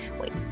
Wait